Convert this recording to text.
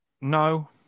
No